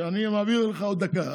אני מעביר לך עוד דקה.